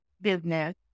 business